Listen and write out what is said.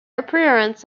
appearance